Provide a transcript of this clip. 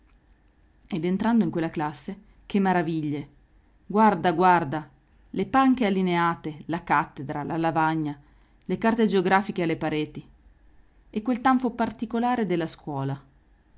ed entrando in quella classe che maraviglie guarda guarda le panche allineate la cattedra la lavagna le carte geografiche alle pareti e quel tanfo particolare della scuola